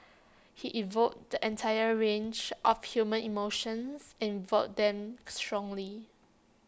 he evoked the entire range of human emotions and evoked them strongly